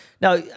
now